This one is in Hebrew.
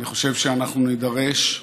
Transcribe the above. אני חושב שאנחנו נידרש,